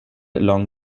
along